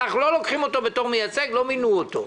אנחנו לא לוקחים אותו כמייצג, לא מינו אותו.